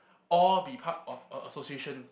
or be part of a association